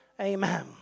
Amen